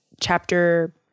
chapter